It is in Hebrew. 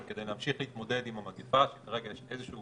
כדי להמשיך להתמודד עם המגפה כרגע יש איזה שהוא